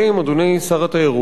אדוני שר התיירות,